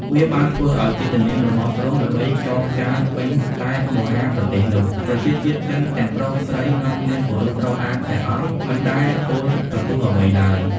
វាបានធ្វើអោយកិត្តិនាមរបស់ទ្រង់ល្បីខ្ចរខ្ចាយពេញតែមហាប្រទេសនោះ ប្រជាជាតិចិនទាំងប្រុសស្រីនាំគ្នាគោរពរាប់អានព្រះអង្គ មិនដែលពោលប្រទូស្តអ្វីឡើយ ។